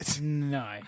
no